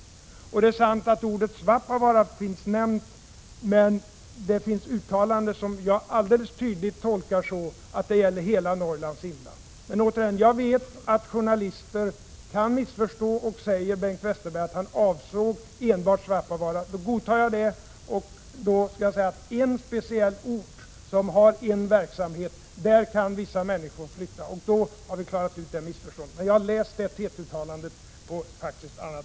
Det är sant att ordet ”Svappavaara” finns nämnt. Men det finns formuleringar som jag tydligt tolkar så att det gäller hela Norrlands inland. Men återigen: Jag vet att journalister kan missförstå, och om Bengt Westerberg säger att han avsåg enbart Svappavaara, då godtar jag det. I så fall kan jag säga: För en speciell ort där man har en verksamhet kan vissa människor få flytta. Då har vi klarat ut det missförståndet. Jag har läst TT-uttalandet på annat sätt.